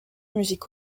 music